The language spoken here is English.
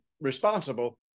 responsible